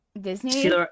Disney